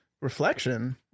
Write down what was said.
Reflection